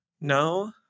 No